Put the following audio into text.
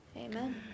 Amen